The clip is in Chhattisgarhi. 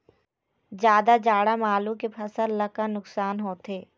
जादा जाड़ा म आलू के फसल ला का नुकसान होथे?